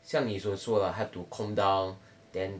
像你所说的 have to calm down then